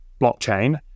blockchain